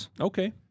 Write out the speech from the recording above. Okay